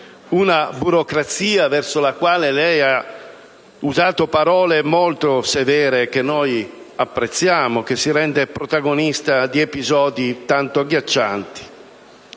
una burocrazia nei confronti della quale lei ha usato parole molto severe, che noi apprezziamo, e che si rende protagonista di episodi tanto agghiaccianti.